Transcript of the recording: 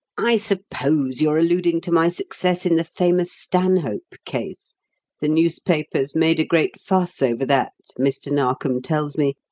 i suppose you are alluding to my success in the famous stanhope case the newspapers made a great fuss over that, mr. narkom tells me.